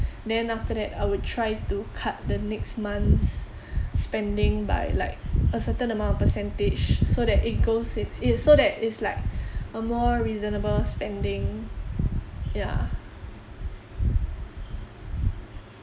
then after that I would try to cut the next month's spending by like a certain amount of percentage so that it goes in so that it's like a more reasonable spending yeah